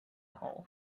hole